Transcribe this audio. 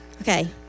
okay